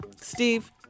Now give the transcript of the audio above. Steve